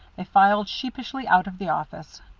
they filed sheepishly out of the office.